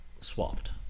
swapped